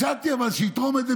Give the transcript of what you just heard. אבל הצעתי שיתרום את זה,